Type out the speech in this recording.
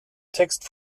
text